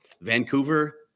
Vancouver